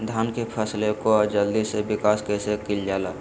धान की फसलें को जल्दी से विकास कैसी कि जाला?